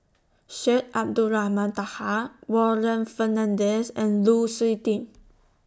Syed Abdulrahman Taha Warren Fernandez and Lu Suitin